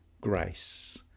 grace